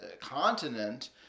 continent